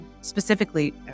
specifically